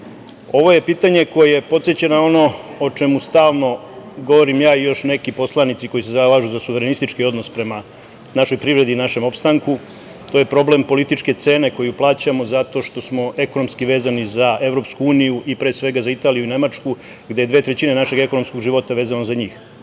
je pitanje koje podseća na ono o čemu stalno govorim ja i još neki poslanici koji se zalažu za suverenistički odnos prema našoj privredi i našem opstanku, to je problem političke cene koju plaćamo zato što smo ekonomski vezani za EU i pre svega za Italiju i Nemačku, gde je dve trećine našeg ekonomskog života vezano za njih.U